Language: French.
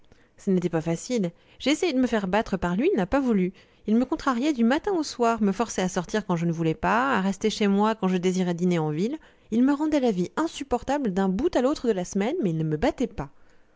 ça n'était pas facile j'ai essayé de me faire battre par lui il n'a pas voulu il me contrariait du matin au soir me forçait à sortir quand je ne voulais pas à rester chez moi quand je désirais dîner en ville il me rendait la vie insupportable d'un bout à l'autre de la semaine mais il ne me battait pas